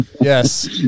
yes